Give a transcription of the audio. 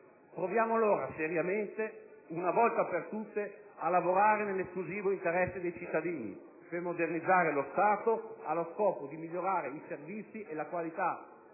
Proviamo allora seriamente, una volta per tutte, a lavorare nell'esclusivo interesse dei cittadini per modernizzare lo Stato, allo scopo di migliorare i servizi e la qualità